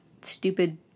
stupid